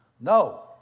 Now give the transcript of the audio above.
No